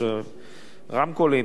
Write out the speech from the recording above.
יש רמקולים,